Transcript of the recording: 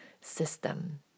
system